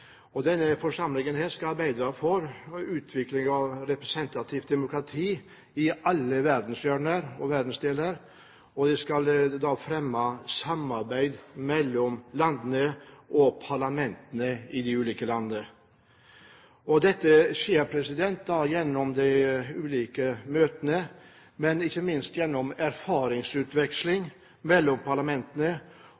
land. Denne forsamlingen skal arbeide for utviklingen av et representativt demokrati i alle verdensdeler, og den skal fremme samarbeid landene og parlamentene imellom. Dette skjer gjennom de ulike møtene, men ikke minst gjennom erfaringsutveksling